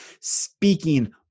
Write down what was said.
speaking